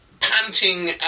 panting